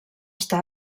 està